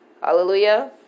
Hallelujah